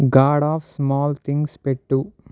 God of Small Things పెట్టు